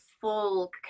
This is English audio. full